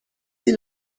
این